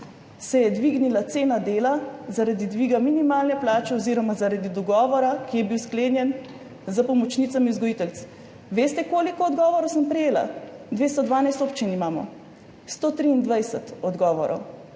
se je dvignila cena dela zaradi dviga minimalne plače oziroma zaradi dogovora, ki je bil sklenjen s pomočnicami vzgojiteljic. Veste, koliko odgovorov sem prejela, 212 občin imamo? 123 odgovorov.